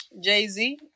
Jay-Z